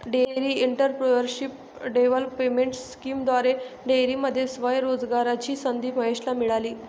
dairy entrepreneurship development स्कीमद्वारे डेअरीमध्ये स्वयं रोजगाराची संधी महेशला मिळाली